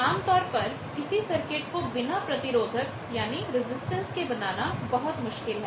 आमतौर पर किसी सर्किट को बिना प्रतिरोधक के बनाना बहुत मुश्किल है